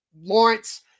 Lawrence